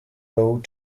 road